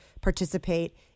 participate